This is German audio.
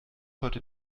heute